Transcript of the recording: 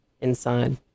inside